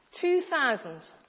2,000